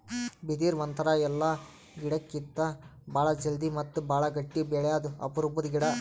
ಬಿದಿರ್ ಒಂಥರಾ ಎಲ್ಲಾ ಗಿಡಕ್ಕಿತ್ತಾ ಭಾಳ್ ಜಲ್ದಿ ಮತ್ತ್ ಭಾಳ್ ಗಟ್ಟಿ ಬೆಳ್ಯಾದು ಅಪರೂಪದ್ ಗಿಡಾ